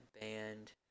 band